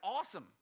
awesome